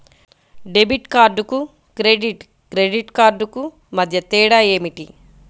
Debit కార్డుకు credit credit కార్డుకు మధ్య తేడా ఏమిటీ?